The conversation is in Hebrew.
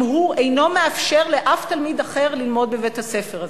הוא אינו מאפשר לאף תלמיד אחר ללמוד בבית-הספר הזה.